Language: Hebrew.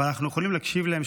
אבל אנחנו יכולים להקשיב להם,